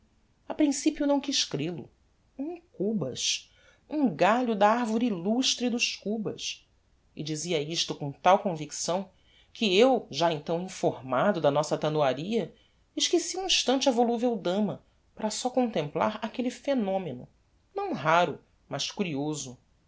a principio não quiz crel o um cubas um galho da arvore illustre dos cubas e dizia isto com tal convicção que eu já então informado da nossa tanoaria esqueci um instante a voluvel dama para só contemplar aquelle phenomeno não raro mas curioso